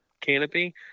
canopy